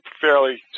fairly